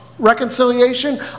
reconciliation